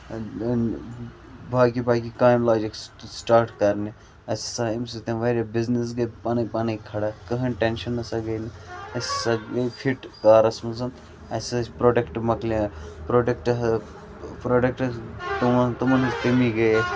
باقٕے باقٕے کامہِ لاجَکھ سٹاٹ کَرنہٕ اَسہِ ہَسا آیہِ امہ سۭتۍ بِزنٮ۪س گٔے پَنن پَنن کھَڑا کٕہٕنۍ ٹٮ۪نشَن نَسا گٔے نہٕ اَسہِ ہَسا گٔے فِٹ کارَس مَنٛز اَسہِ ہَسا ٲسۍ پروڈَکٹ مۄکلے پروڈَکٹ پروڈَکٹ تمن تمن ہٕنٛز کٔمی گٔیے